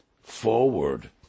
forward